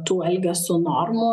tų elgesio normų